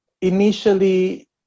Initially